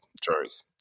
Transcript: juries